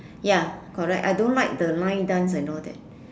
ya correct I don't like the line dance and all that